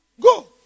Go